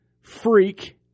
freak